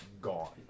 gone